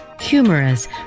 humorous